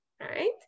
right